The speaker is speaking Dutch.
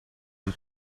een